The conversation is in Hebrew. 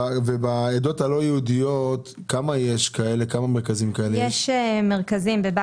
אם כן, יש תקציב בסיס שמיועד גם לזה.